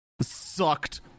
sucked